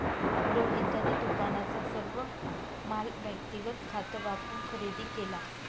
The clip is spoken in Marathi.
रोहितने दुकानाचा सर्व माल व्यक्तिगत खात वापरून खरेदी केला